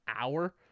hour